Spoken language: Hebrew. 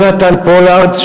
יהונתן פולארד,